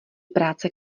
práce